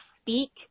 speak